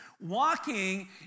walking